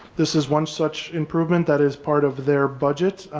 this is one such improvement that is part of their budget.